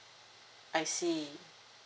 I see